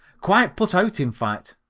quite put out in fact.